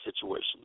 situations